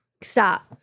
Stop